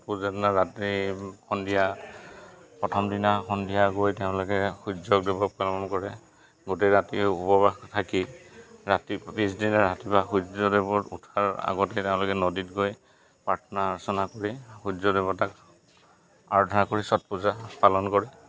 পূজা দিনা ৰাতি সন্ধিয়া প্ৰথম দিনা সন্ধিয়া গৈ তেওঁলোকে সূৰ্যদেৱক পালন কৰে গোটেই ৰাতি উপবাসে থাকি ৰাতি পিছদিনা ৰাতিপুৱা সূৰ্যদেৱৰ উঠাৰ আগতে তেওঁলোকে নদীত গৈ প্ৰাৰ্থনা অৰ্চনা কৰি সূৰ্যদেৱতাক আৰাধানা কৰি ছটপূজা পালন কৰে